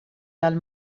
għall